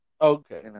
Okay